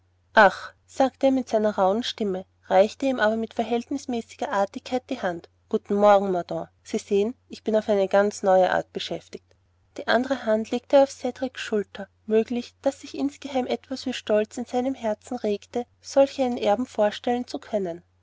ach sagte er mit seiner rauhen stimme reichte ihm aber mit verhältnismäßiger artigkeit die hand guten morgen mordaunt sie sehen ich bin auf eine ganz neue art beschäftigt die andre hand legte er auf cedriks schulter möglich daß sich insgeheim etwas wie stolz in seinem herzen regte solch einen erben vorstellen zu können